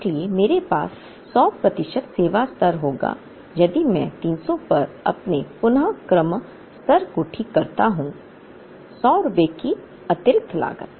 इसलिए मेरे पास 100 प्रतिशत सेवा स्तर होगा यदि मैं 300 पर अपने पुन क्रम स्तर को ठीक करता हूं 100 रुपये की अतिरिक्त लागत